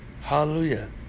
Hallelujah